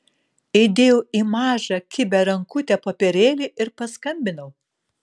įdėjau į mažą kibią rankutę popierėlį ir paskambinau